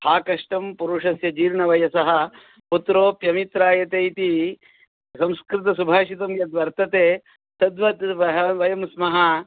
हा कष्टं पुरषस्य जीर्णवयसः पुत्रोऽप्यमित्रायते इति संस्कृतसुभाषितं यद्वर्तते तद्वद् वयं स्मः